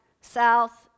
south